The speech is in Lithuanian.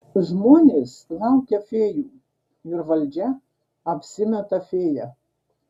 žmonės laukia fėjų ir valdžia apsimeta fėja